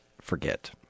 forget